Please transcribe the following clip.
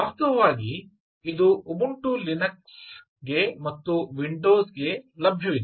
ವಾಸ್ತವವಾಗಿ ಇದು Ubuntu Linux ಗೆ ಮತ್ತು ವಿಂಡೋಸಗೆ ಲಭ್ಯವಿದೆ